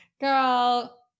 Girl